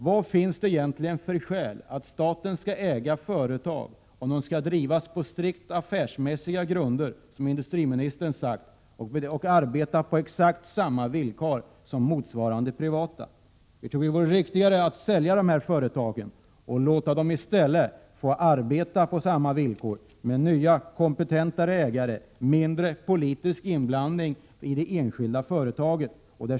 Vad finns det egentligen för skäl till att staten skall äga företag om de skall drivas på strikt affärsmässiga grunder, som industriministern har sagt, och arbeta på exakt samma villkor som motsvarande privata? Vi tror att det vore riktigare att sälja dessa företag och låta dem få arbeta på samma villkor med nya, mer kompetenta ägare. Det skulle då bli mindre politisk inblandning i resp. företag.